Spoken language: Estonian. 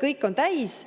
kõik on täis